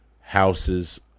houses